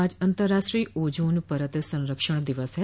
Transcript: आज अंतर्राष्ट्रीय आजोन परत संरक्षण दिवस है